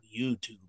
YouTube